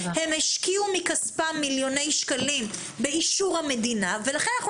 הם השקיעו מכספם מיליוני שקלים באישור המדינה ולכן אנחנו